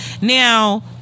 now